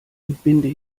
entbinde